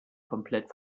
komplett